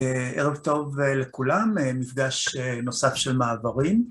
ערב טוב לכולם, מפגש נוסף של מעברים.